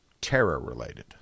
terror-related